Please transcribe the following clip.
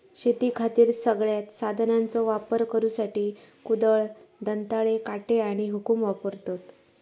शेतीखातीर सगळ्यांत साधनांचो वापर करुसाठी कुदळ, दंताळे, काटे आणि हुकुम वापरतत